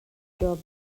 job